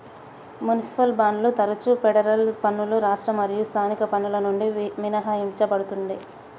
municipal బాండ్లు తరచుగా federal పన్నులు రాష్ట్ర మరియు స్థానిక పన్నుల నుండి మినహాయించబడతుండే